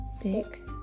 six